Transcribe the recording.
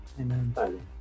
amen